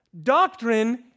Doctrine